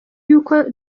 yuko